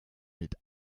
mit